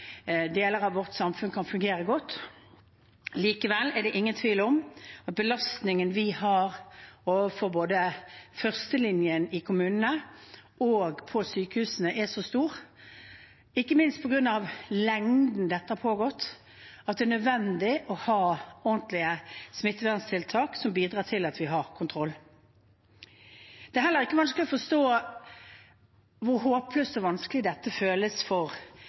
deler av vårt samfunn kan fungere godt. Likevel er det ingen tvil om at belastningen vi har i både førstelinjen i kommunene og sykehusene er så stor, ikke minst på grunn av hvor lenge dette har pågått, at det er nødvendig å ha ordentlige smitteverntiltak som bidrar til at vi har kontroll. Det er heller ikke vanskelig å forstå hvor håpløst og vanskelig dette føles for